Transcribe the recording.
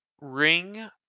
ring